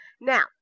Now